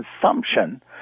consumption